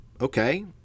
okay